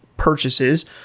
Purchases